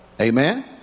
Amen